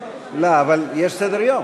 לא, אבל יש סדר-יום.